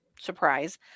surprise